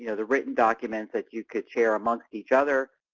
you know the written documents that you could share amongst each other,